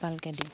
টোপালকৈ দিওঁ